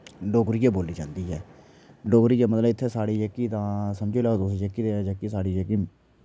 डोगरी गै बोली जन्दी ऐ डोगरी गै मतलव इत्थै साढ़ी जेह्की तां समझी लाओ तुस ते जेह्की साढ़ी जेह्की